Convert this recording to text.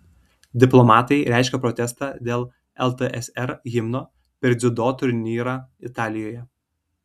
diplomatai reiškia protestą dėl ltsr himno per dziudo turnyrą italijoje